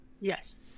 Yes